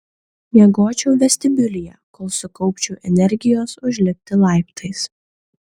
miegočiau vestibiulyje kol sukaupčiau energijos užlipti laiptais